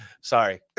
Sorry